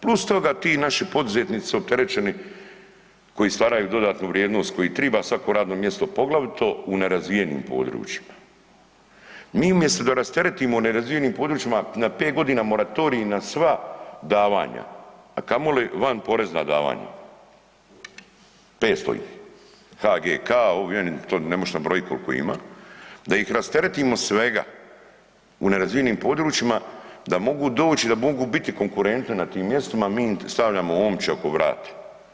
Plus toga ti naši poduzetnici su opterećeni koji stvaraju dodatnu vrijednost, koji triba svako radno mjesto poglavito u nerazvijenim područjima, mi umjesto da rasteretimo u nerazvijenim područjima na pet godina moratorij na sva davanja, a kamoli vanporezna davanja, 500 ih je, HKG, ovi, oni, to ne možeš nabrojit koliko ih ima, da ih rasteretimo svega u nerazvijenim područjima, da mogu doći, da mogu biti konkurentni na tim mjestima, mi im stavljamo omče oko vrata.